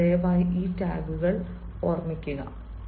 അതിനാൽ ദയവായി ഈ ടാഗുകൾ ഓർമ്മിക്കുക